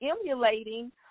emulating